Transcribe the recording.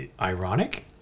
ironic